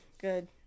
Good